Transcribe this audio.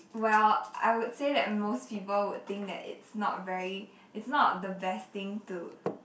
well I would say that most people would think that it's not very it's not the best thing to